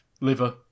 Liver